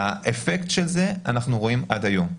את האפקט של זה אנחנו רואים עד היום,